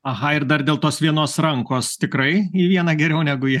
aha ir dar dėl tos vienos rankos tikrai į vieną geriau negu į